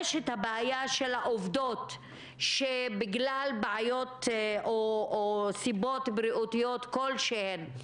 יש את הבעיה של העובדות שבגלל בעיות או סיבות בריאותיות כלשהן,